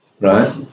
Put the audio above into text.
Right